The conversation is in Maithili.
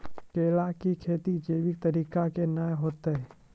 केला की खेती जैविक तरीका के ना होते?